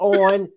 on